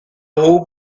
hohe